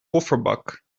kofferbak